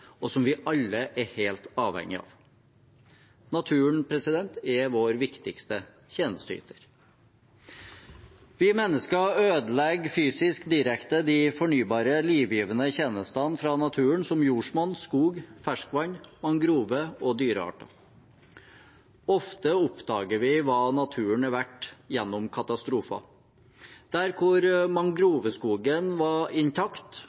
og som vi alle er helt avhengig av. Naturen er vår viktigste tjenesteyter. Vi mennesker ødelegger fysisk direkte de fornybare livgivende tjenestene fra naturen, som jordsmonn, skog, ferskvann, mangrove og dyrearter. Ofte oppdager vi hva naturen er verdt gjennom katastrofer. Der mangroveskogen var intakt, overlevde langt flere tsunamien på begynnelsen av 2000-tallet enn der mangroveskogen var